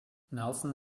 nelson